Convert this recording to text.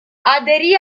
aderì